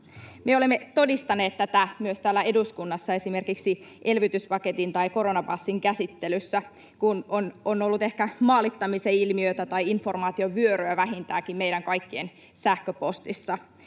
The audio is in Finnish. Me olemme todistaneet tätä myös täällä eduskunnassa esimerkiksi elvytyspaketin tai koronapassin käsittelyssä, kun on ollut ehkä maalittamisen ilmiötä tai informaatiovyöryä vähintäänkin meidän kaikkien sähköpostissa.